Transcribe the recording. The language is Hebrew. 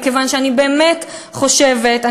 מכיוון שאני באמת חושבת,